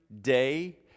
day